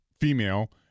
female